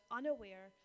unaware